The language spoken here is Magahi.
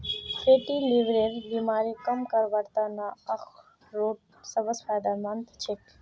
फैटी लीवरेर बीमारी कम करवार त न अखरोट सबस फायदेमंद छेक